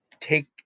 take